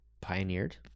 pioneered